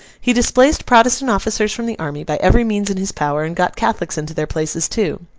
he displaced protestant officers from the army, by every means in his power, and got catholics into their places too.